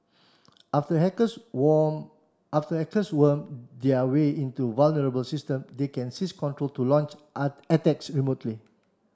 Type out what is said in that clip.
after hackers worm after hackers worm their way into vulnerable systems they can seize control to launch attacks remotely